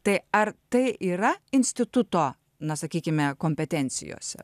tai ar tai yra instituto na sakykime kompetencijose